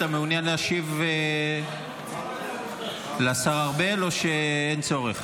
אתה מעוניין להשיב לשר ארבל או שאין צורך?